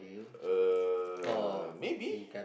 uh maybe